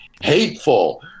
hateful